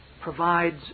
provides